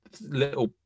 little